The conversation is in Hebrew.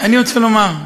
אני רוצה לומר,